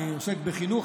אני עוסק בחינוך,